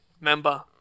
member